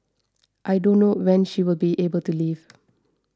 I don't know when she will be able to leave